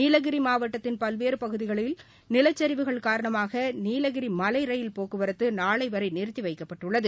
நீலகிரிமாவட்டத்தின் பல்வேறுபகுதிகளில் நிலச்சரிவுகள் காரணமாகநீலகிரிமலைரயில் போக்குவரத்துநாளைவரைநிறுத்திவைக்கப்பட்டுள்ளது